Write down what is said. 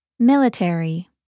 Military